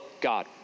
God